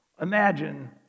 Imagine